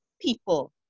people